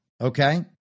Okay